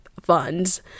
funds